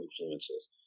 influences